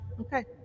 Okay